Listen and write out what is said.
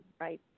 right